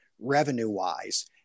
revenue-wise